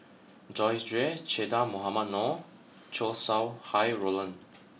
Joyce Jue Che Dah Mohamed Noor Chow Sau Hai Roland